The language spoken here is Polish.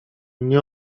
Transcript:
nie